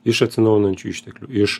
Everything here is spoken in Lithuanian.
iš atsinaujinančių išteklių iš